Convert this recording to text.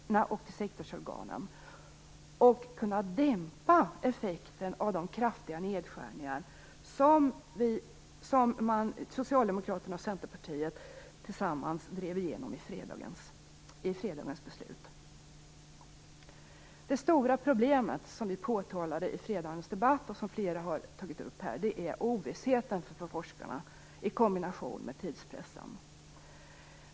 Det är också en förutsättning för att man skall kunna dämpa effekterna av de kraftiga nedskärningar som socialdemokraterna och centerpartiet tillsammans drev igenom med fredagens beslut. Det stora problemet, som vi påtalade i fredagens debatt och som flera här har tagit upp, är ovissheten för forskarna i kombination med tidspressen.